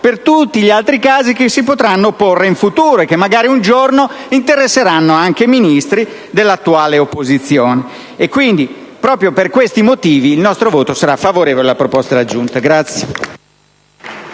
per tutti gli altri casi che si potranno porre in futuro e che magari un giorno interesseranno anche ministri dell'attuale opposizione. Quindi, proprio per questi motivi il nostro voto sarà favorevole all'approvazione